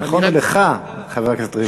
נכונו לך, חבר הכנסת ריבלין.